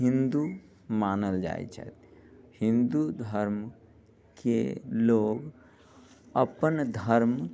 हिन्दू मानल जाइ छथि हिन्दू धर्मके लोग अपन धर्म